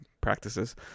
practices